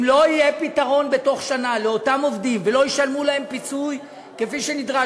אם לא יהיה פתרון בתוך שנה לאותם עובדים ולא ישלמו להם פיצוי כפי שנדרש,